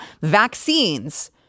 vaccines